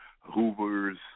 Hoover's